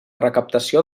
recaptació